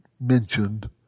mentioned